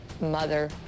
mother